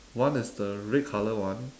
one is the red colour one